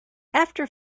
after